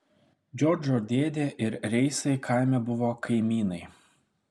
džordžo dėdė ir reisai kaime buvo kaimynai